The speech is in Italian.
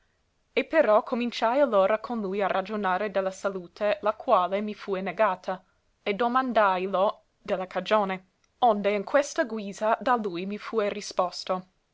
e però cominciai allora con lui a ragionare de la salute la quale mi fue negata e domandàilo de la cagione onde in questa guisa da lui mi fue risposto